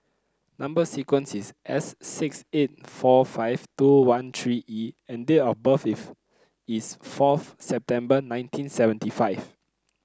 number sequence is S six eight four five two one three E and date of birth if is fourth September nineteen seventy five